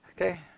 Okay